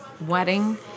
wedding